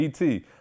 ET